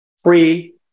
free